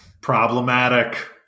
Problematic